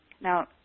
now